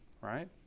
Right